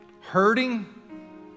hurting